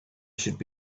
should